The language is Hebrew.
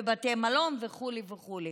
בבתי מלון וכו' וכו'.